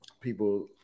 People